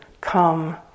come